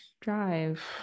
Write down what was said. drive